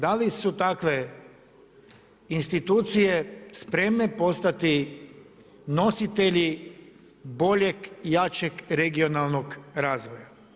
Da li su takve institucije spremne postati nositelji boljeg i jačeg regionalnog razvoja?